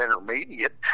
Intermediate